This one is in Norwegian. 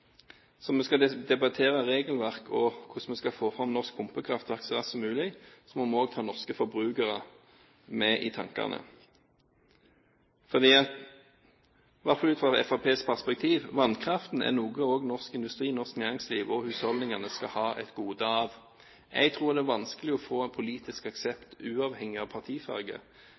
så raskt som mulig, må vi også ha norske forbrukere med i tankene. Sett ut fra Fremskrittspartiets perspektiv er vannkraft et gode norsk industri, norsk næringsliv og husholdningene skal nyte godt av. Jeg tror det er vanskelig å få politisk aksept, uavhengig av partifarge,